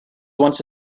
once